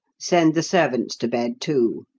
send the servants to bed, too.